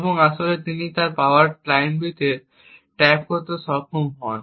এবং আসলে তিনি পাওয়ার লাইনগুলিতে ট্যাপ করতে সক্ষম হন